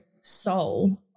soul